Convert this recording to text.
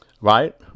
right